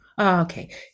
Okay